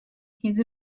his